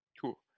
Cool